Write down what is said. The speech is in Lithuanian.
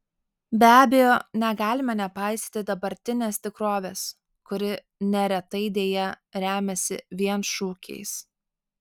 be abejo negalime nepaisyti dabartinės tikrovės kuri neretai deja remiasi vien šūkiais